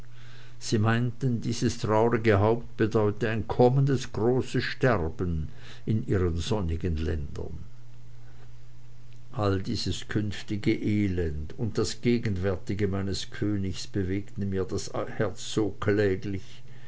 sie meinten dieses traurige haupt bedeute ein kommendes großes sterben in ihren sonnigen ländern all dieses künftige elend und das gegenwärtige meines königs bewegte mir das herz so kläglich